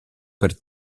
per